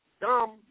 dumb